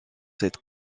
cette